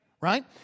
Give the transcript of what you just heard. right